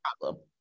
problem